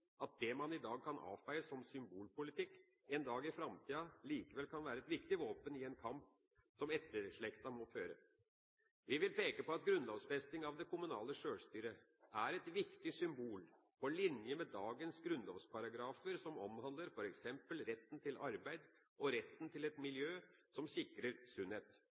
at det man i dag kan avfeie som symbolpolitikk, en dag i framtida likevel kan være et viktig våpen i en kamp som etterslekten må føre. Vi vil peke på at grunnlovfesting av det kommunale sjølstyret er et viktig symbol på linje med dagens grunnlovsparagrafer som omhandler f.eks. retten til arbeid og retten til et miljø som sikrer sunnhet.